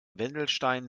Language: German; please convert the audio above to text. wendelstein